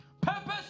Purpose